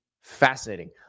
fascinating